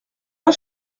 pas